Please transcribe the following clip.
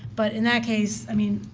but in that case, i mean,